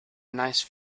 nice